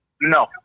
No